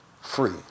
free